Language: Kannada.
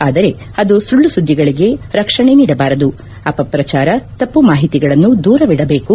ಆದರೆ ಆದು ಸುಳ್ಳು ಸುದ್ದಿಗಳಿಗೆ ರಕ್ಷಣೆ ನೀಡಬಾರದು ಅಪಪ್ರಚಾರ ತಪ್ಪು ಮಾಹಿತಿಗಳನ್ನು ದೂರವಿಡಬೇಕು